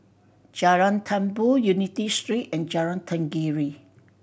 Jalan Tambur Unity Street and Jalan Tenggiri